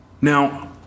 Now